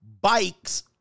Bikes